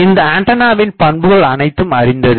இந்த ஆண்டனாவின் பண்புகள் அனைத்தும் அறிந்ததே